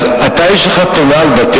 אז אתה, יש לך תלונה על בתי-הדין?